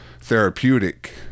therapeutic